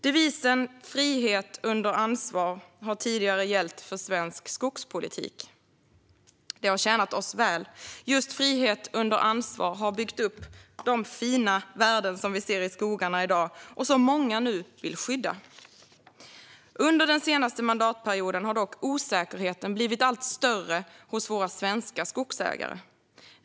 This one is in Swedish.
Devisen "frihet under ansvar" har tidigare gällt för svensk skogspolitik. Det har tjänat oss väl. Just frihet under ansvar har byggt upp de fina värden som vi ser i skogarna i dag och som många nu vill skydda. Under den senaste mandatperioden har dock osäkerheten blivit allt större hos våra svenska skogsägare.